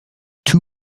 two